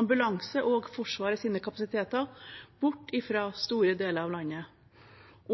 ambulanse og Forsvarets kapasiteter bort fra store deler av landet,